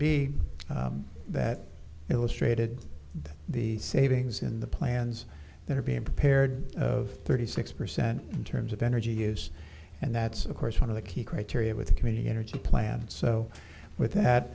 b that illustrated the savings in the plans that are being prepared of thirty six percent in terms of energy use and that's of course one of the key criteria with the community energy plan and so with